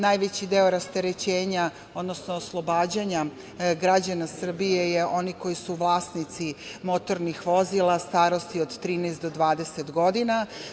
Najveći deo rasterećenja, odnosno oslobađanja građana Srbije je za one koji su vlasnici motornih vozila starosti od 13 do 20 godina.